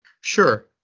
Sure